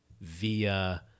via